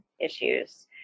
issues